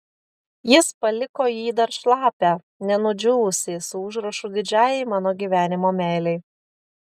jis paliko jį dar šlapią nenudžiūvusį su užrašu didžiajai mano gyvenimo meilei